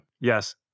yes